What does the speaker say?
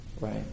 right